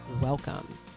welcome